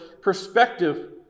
perspective